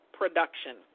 production